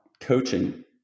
coaching